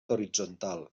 horitzontal